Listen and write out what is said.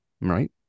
Right